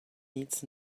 needs